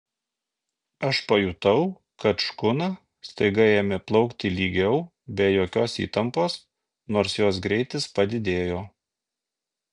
aš pajutau kad škuna staiga ėmė plaukti lygiau be jokios įtampos nors jos greitis padidėjo